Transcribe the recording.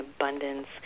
abundance